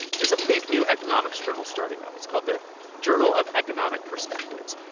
there's a big new economics journal starting up. it's called the journal of economic perspectives.